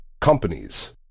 companies